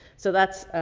so that's ah,